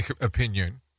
opinion